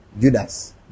Judas